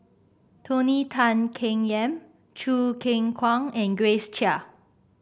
Tony Tan Keng Yam Choo Keng Kwang and Grace Chia